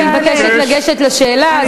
אני מבקשת לגשת לשאלה.